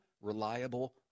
reliable